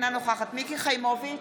אינה נוכחת מיקי חיימוביץ'